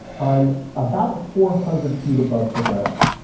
i'm about four hundred feet above the ground,